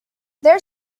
their